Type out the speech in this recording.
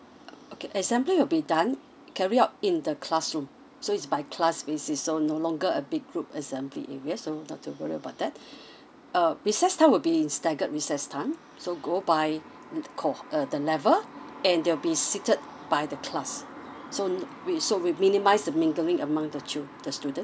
oh okay assembly will be done carried out in the classroom so it's by class basis so no longer a big group assembly area so not to worry about that uh recess time would be in staggered recess time so go by hmm call uh the level and they'll be seated by the class so no~ so we minimise the mingling among the child~ the student